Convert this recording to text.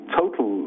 total